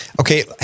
Okay